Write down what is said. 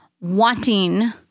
wanting